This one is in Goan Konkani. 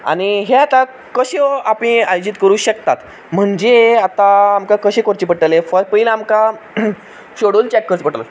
आनी हे आतां कश्यो आमी आयोजीत करूं शकतात म्हणजे आतां आमकां कशें करचें पडटलें पयलें आमकां शेड्युल चॅक करचो पडटलो